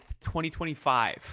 2025